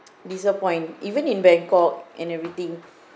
disappoint even in bangkok and everything